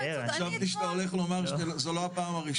חשבתי שאתה הולך לומר שזו לא הפעם הראשונה.